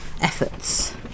efforts